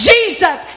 Jesus